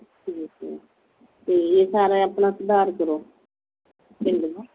ਠੀਕ ਹੈ ਅਤੇ ਇਹ ਸਾਰਾ ਆਪਣਾ ਸੁਧਾਰ ਕਰੋ ਪਿੰਡ ਦਾ